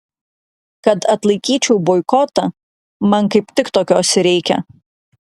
kad atlaikyčiau boikotą man kaip tik tokios ir reikia